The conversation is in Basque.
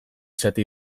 zati